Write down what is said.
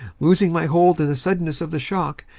losing my hold in the suddenness of the shock,